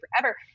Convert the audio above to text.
forever